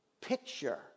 picture